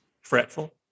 fretful